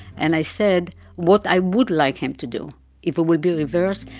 and i said what i would like him to do if it would be reversed,